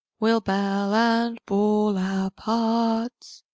we ll bell, and bawl our parts,